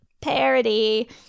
Parody